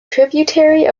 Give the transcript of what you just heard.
tributary